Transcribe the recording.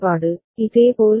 DBFBnAnIJ ∑m3689 இதேபோல் D